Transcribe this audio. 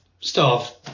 staff